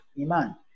iman